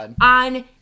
on